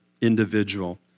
individual